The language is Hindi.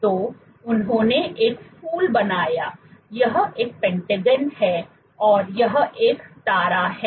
तो उन्होंने एक फूल बनाया यह एक पेंटागन है और यह एक तारा है